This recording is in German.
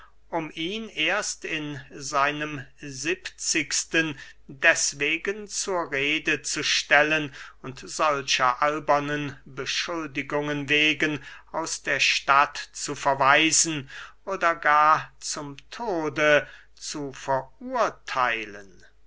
um ihn erst in seinem siebzigsten deßwegen zur rede zu stellen und solcher albernen beschuldigungen wegen aus der stadt zu verweisen oder gar zum tode zu verurtheilen